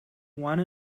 one